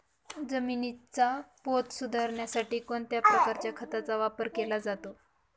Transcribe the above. जमिनीचा पोत सुधारण्यासाठी कोणत्या प्रकारच्या खताचा वापर केला जातो?